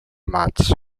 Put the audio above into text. mats